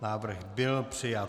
Návrh byl přijat.